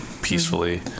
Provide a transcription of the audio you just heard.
peacefully